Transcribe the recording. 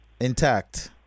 intact